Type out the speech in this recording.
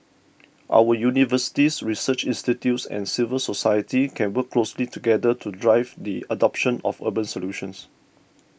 our universities research institutes and civil society can work closely together to drive the adoption of urban solutions